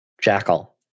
jackal